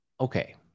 Okay